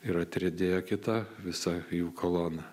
ir atriedėjo kita visa jų kolona